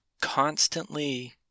constantly